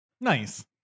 Nice